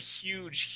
huge